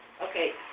Okay